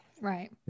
Right